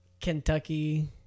Kentucky